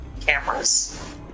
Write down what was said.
cameras